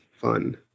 fun